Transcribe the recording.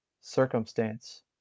circumstance